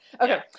Okay